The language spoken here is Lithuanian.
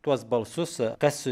tuos balsus kas